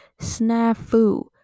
snafu